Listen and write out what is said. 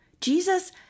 Jesus